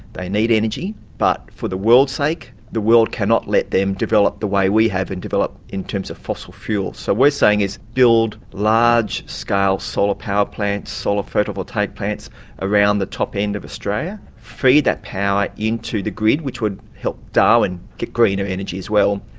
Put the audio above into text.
they need energy, but for the world's sake, the world cannot let them develop the way we have and develop in terms of fossil fuels. so we're saying is, build large scale solar power plants, solar photovoltaic plants around the top end of australia, feed that power into the grid, which would help darwin get greener energy as well,